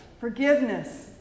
Forgiveness